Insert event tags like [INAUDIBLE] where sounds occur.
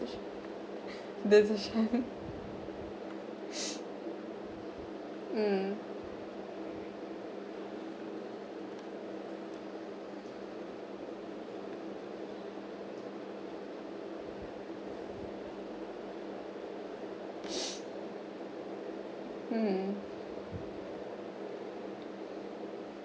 that's a shame [LAUGHS] mm [BREATH] mm